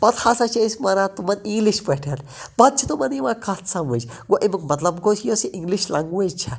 پَتہٕ ہَسا چھِ أسۍ وَنان تمَن اِنگلِش پٲٹھۍ پَتہِ چھُ تِمَن یِوان کَتھ سَمٕجھ گوٚو اَمِیُٛک مطلب گوٚو یۄس یہِ اِنگلِش لینگویٚج چھےٚ